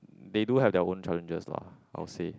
they do have their own challenges lah I would say